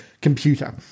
computer